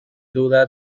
duda